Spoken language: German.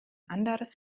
anderes